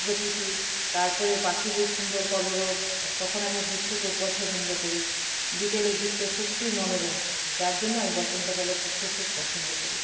প্রকৃতি তারপরে পাখিদের সুন্দর কলরব তখন আমি ঘুরতে খুব পছন্দ করি বিকেলের দিকটা সত্যিই মনোরম যার জন্য আমি বসন্তকালে ঘুরতে খুব পছন্দ করি